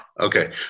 Okay